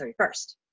31st